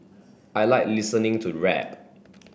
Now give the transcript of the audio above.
I like listening to rap